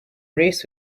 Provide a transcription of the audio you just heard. race